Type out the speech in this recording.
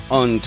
on